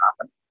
happen